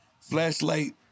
Flashlight